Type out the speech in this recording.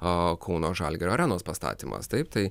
a kauno žalgirio arenos pastatymas taip tai